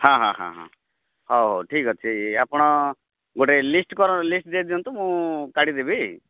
ହଁ ହଁ ହଁ ହଁ ହଉ ହଉ ଠିକ୍ ଅଛି ଆପଣ ଗୋଟେ ଲିଷ୍ଟ୍ କର ଲିଷ୍ଟ୍ ଦେଇ ଦିଅନ୍ତୁ ମୁଁ କାଢ଼ିଦେବି